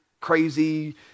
crazy